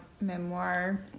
memoir